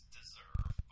deserve